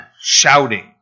shouting